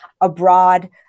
abroad